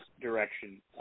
direction